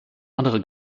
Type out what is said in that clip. andere